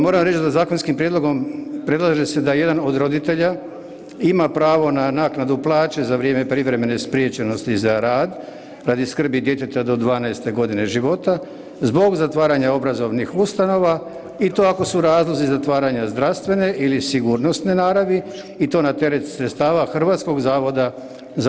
Moram reći da zakonskim prijedlogom predlaže se da jedan od roditelja ima pravo na naknadu plaće za vrijeme privremene spriječenosti za rad radi skrbi djeteta do 12 godine života zbog zatvaranja obrazovnih ustanova i to ako su razlozi zatvaranja zdravstvene ili sigurnosne naravi i to na teret sredstava HZZO-a.